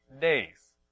days